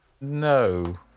No